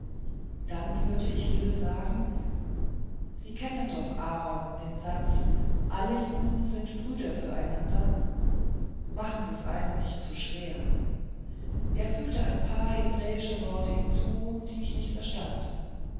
dann hörte ich hillel sagen sie kennen doch aaron den satz alle juden sind bürgen füreinander machen sie's einem nicht zu schwer er fügte ein paar hebräische worte hinzu die ich nicht verstand